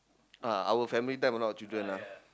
uh our family time a lot of children ah